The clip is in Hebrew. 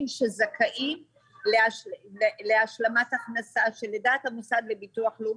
שזכאים להשלמת הכנסה לפי המוסד לביטוח לאומי,